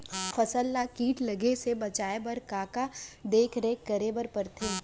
फसल ला किट लगे से बचाए बर, का का देखरेख करे बर परथे?